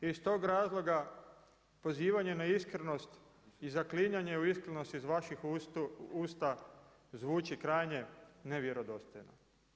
I iz tog razloga pozivanje na iskrenost i zaklinjanje u iskrenost iz vaših usta zvuči krajnje nevjerodostojno.